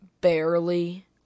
barely